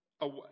away